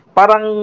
parang